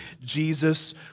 Jesus